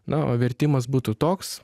na o vertimas būtų toks